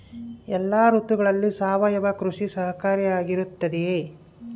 ಎಲ್ಲ ಋತುಗಳಲ್ಲಿ ಸಾವಯವ ಕೃಷಿ ಸಹಕಾರಿಯಾಗಿರುತ್ತದೆಯೇ?